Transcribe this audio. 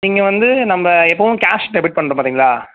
நீங்கள் வந்து நம்ம எப்பவும் கேஷ் டெபிட் பண்ணுறோம் பார்த்தீங்களா